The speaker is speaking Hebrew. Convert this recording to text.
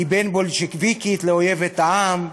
היא בין בולשביקית לאויבת העם,